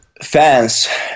fans